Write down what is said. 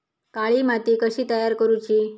काळी माती कशी तयार करूची?